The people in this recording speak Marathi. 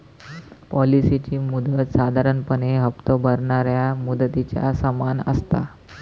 पॉलिसीची मुदत साधारणपणे हप्तो भरणाऱ्या मुदतीच्या समान असता